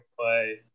play